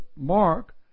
Mark